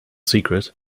secret